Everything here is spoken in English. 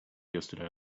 yesterday